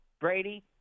Brady